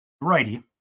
Righty